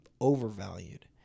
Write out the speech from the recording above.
overvalued